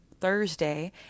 thursday